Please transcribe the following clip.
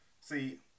See